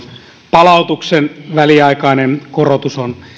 palautuksen väliaikainen korotus on